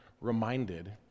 reminded